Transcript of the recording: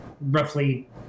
roughly